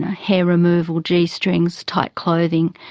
hair removal, g strings, tight clothing.